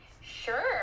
sure